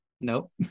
Nope